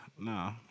Nah